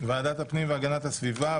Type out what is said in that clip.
ועדת הפנים והגנת הסביבה,